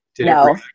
No